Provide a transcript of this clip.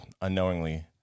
unknowingly